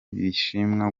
bishimwa